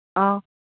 ꯑꯧ